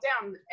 down